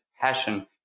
passion